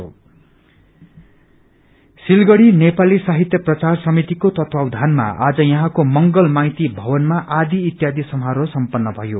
felicitation Siliguri Nepali साहित्य प्रचार समितिको तत्वावधानमा आज यहाँको मंगल माइती भवनमा आदि इत्यादि समारोह सम्पन्न भयो